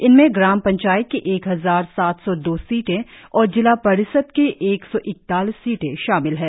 इनमें ग्राम पंचायत की एक हजार सात सौ दो सीटें और जिला परिषद की एक सौ इकतालीस सीटें शामिल है